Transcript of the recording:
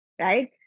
Right